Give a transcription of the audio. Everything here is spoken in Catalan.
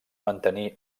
mantenir